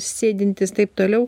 sėdintis taip toliau